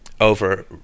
over